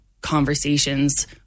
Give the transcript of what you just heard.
conversations